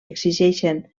exigeixen